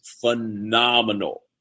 phenomenal